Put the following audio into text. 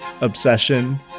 obsession